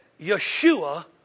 Yeshua